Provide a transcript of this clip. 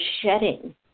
shedding